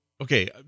okay